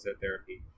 therapy